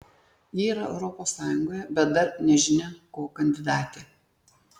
ji lyg europos sąjungoje bet dar nežinia ko kandidatė